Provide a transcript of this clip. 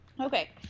Okay